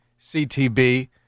CTB